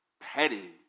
Petty